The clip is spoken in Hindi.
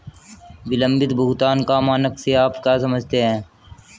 विलंबित भुगतान का मानक से आप क्या समझते हैं?